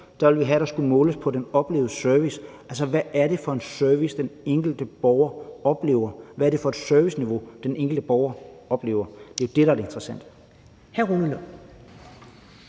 Der ville vi have, at der skulle måles på den oplevede service, altså hvad det er for en service, den enkelte borger oplever; hvad det er for et serviceniveau, den enkelte borger oplever. Det er jo det, der er det interessante.